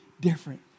different